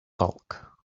bulk